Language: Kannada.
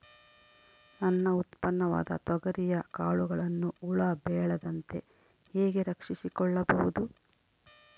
ನನ್ನ ಉತ್ಪನ್ನವಾದ ತೊಗರಿಯ ಕಾಳುಗಳನ್ನು ಹುಳ ಬೇಳದಂತೆ ಹೇಗೆ ರಕ್ಷಿಸಿಕೊಳ್ಳಬಹುದು?